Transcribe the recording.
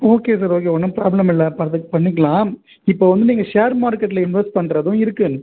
okay sir okay ஒன்றும் problem இல்லை பார்த்து பண்ணிக்கலாம் இப்போ வந்து நீங்கள் ஷேர் மார்க்கெட்டில இன்வெஸ்ட் பண்ணுறதும் இருக்கு